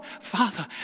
father